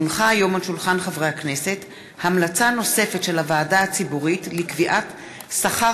הונחה היום על שולחן הכנסת המלצה נוספת של הוועדה הציבורית לקביעת שכר